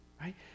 right